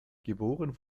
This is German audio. geboren